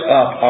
up